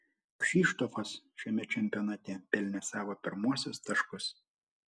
kšištofas šiame čempionate pelnė savo pirmuosius taškus